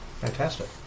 Fantastic